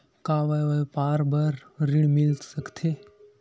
का व्यापार बर ऋण मिल सकथे?